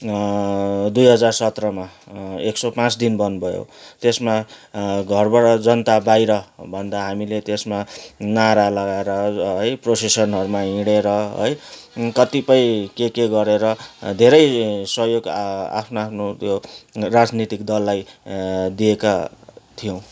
दुई हजार सत्रमा एक सौ पाँच दिन बन्द भयो त्यसमा घरबाट जनता बाहिर भन्दा हामीले त्यसमा नारा लगाएर है प्रोसेसनहरूमा हिँडेर है कतिपय के के गरेर धेरै सहयोग आफ्नो आफ्नो त्यो राजनैतिक दललाई दिएका थियौँ